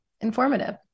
Informative